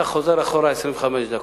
אתה חוזר אחורה 25 דקות.